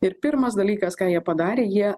ir pirmas dalykas ką jie padarė jie